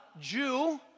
Jew